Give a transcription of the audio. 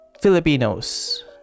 Filipinos